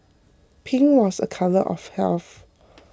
pink was a colour of health